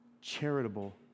charitable